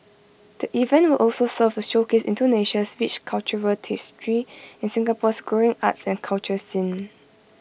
the event will also serve to showcase Indonesia's rich cultural tapestry and Singapore's growing arts and culture scene